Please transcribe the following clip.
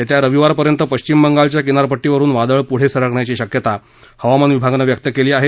येत्या रविवारपर्यंत पश्चिम बंगाल किनारपट्टीवरुन वादळ पुढे सरकण्याची शक्यता हवामान विभागानं व्यक्त केली आहे